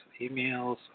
emails